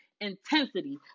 intensity